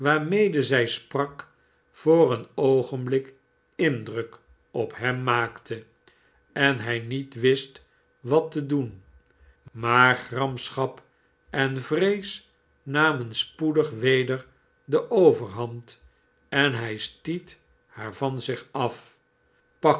waarinede zij sprak voor een oogenblik indruk op hem maakte en hij hiet wist wat te doen maar gramschap envrees namen spoedig w eder de overhand en hij stiet haar van zich af